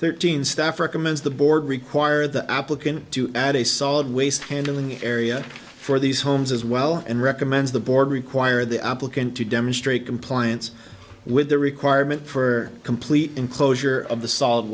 thirteen staff recommends the board require the applicant to add a solid waste handling area for these homes as well and recommends the board require the applicant to demonstrate compliance with the requirement for complete enclosure of the solid